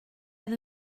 oedd